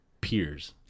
peers